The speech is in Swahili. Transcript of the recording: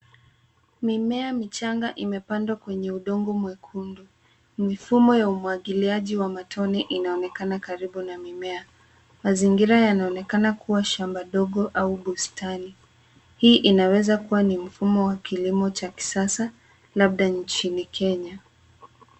Mimea michanga imepandwa kwenye udongo mwekundu. Mifumo ya umwangiliaji wa matone inaonekana karibu na mimea. Mazingira yanaonekana kuwa shamba ndogo au bustani. Hii inaweza kuwa ni mfumo wa kilimo cha kisasa labda nchini Kenya.